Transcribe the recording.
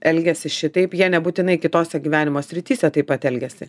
elgiasi šitaip jie nebūtinai kitose gyvenimo srityse taip pat elgiasi